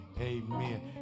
Amen